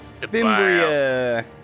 Fimbria